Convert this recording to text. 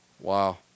Wow